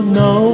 no